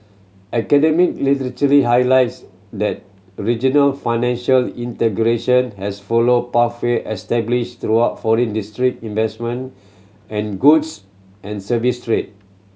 academic literature highlights that regional financial integration has followed pathway established through foreign direct investment and goods and services trade